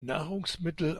nahrungsmittel